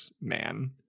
man